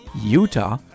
Utah